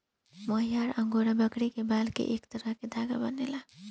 मोहयार angora बकरी के बाल से एक तरह के धागा बनेला